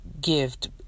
gift